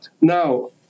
Now